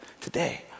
today